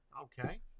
okay